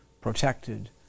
protected